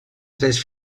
tres